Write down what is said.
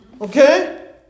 Okay